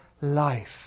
life